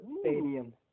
Stadium